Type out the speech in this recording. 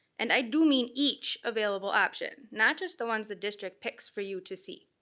and i do mean each available option. not just the ones the district picks for you to see.